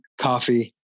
coffee